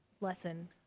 lesson